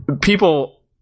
People